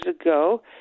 ago